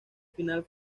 final